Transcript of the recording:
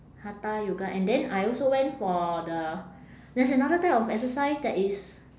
hatha yoga and then I also went for the there's another type of exercise that is